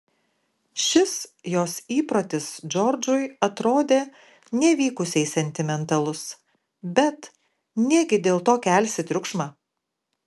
šis jos įprotis džordžui atrodė nevykusiai sentimentalus bet negi dėl to kelsi triukšmą